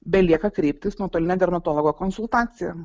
belieka kreiptis nuotoline dermatologo konsultacija